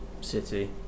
city